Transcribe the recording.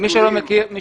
מי שלא מכיר,